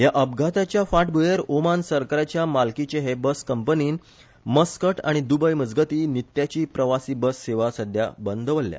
ह्या अपघाताच्या फांटभुयेर ओमान सरकाराच्या मालकीचे हे बस कंपनीन मस्कट आनी द्रबय मजगती नित्याची प्रवासी बस सेवा सध्या बंद दवरल्या